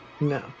No